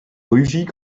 rugit